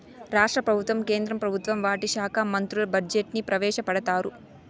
రాష్ట్ర ప్రభుత్వం కేంద్ర ప్రభుత్వం వాటి శాఖా మంత్రులు బడ్జెట్ ని ప్రవేశపెడతారు